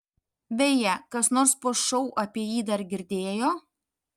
beje kas nors po šou apie jį dar girdėjo